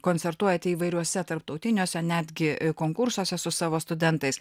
koncertuojate įvairiuose tarptautiniuose netgi konkursuose su savo studentais